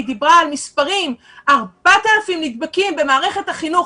דיברה על מספרים: 4,000 נדבקים במערכת החינוך.